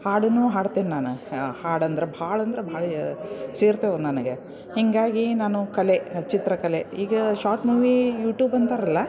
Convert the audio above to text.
ಹಾಡನೂ ಹಾಡ್ತೇನೆ ನಾನು ಹಾಡಂದ್ರೆ ಭಾಳ ಅಂದ್ರೆ ಭಾಳ ಸೇರ್ತವೆ ನನಗೆ ಹೀಗಾಗಿ ನಾನು ಕಲೆ ಚಿತ್ರಕಲೆ ಈಗ ಶಾರ್ಟ್ ಮೂವೀ ಯೂಟೂಬ್ ಅಂತಾರಲ್ಲ